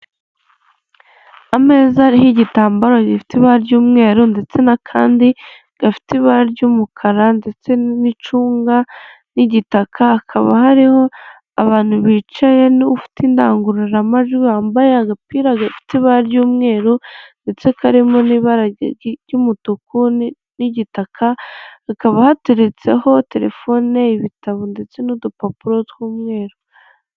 Umuhanda wa kaburimbo cyangwa se w'umukara uri gukoreshwa n'ibinyabiziga bitandukanye, bimwe muri byo ni amagare abiri ahetse abagenzi ikindi nii ikinyabiziga kiri mu ibara ry'umweru cyangwa se ikamyo kikoreye inyuma imizigo bashumikishije itente cyangwa se igitambaro cy'ubururu.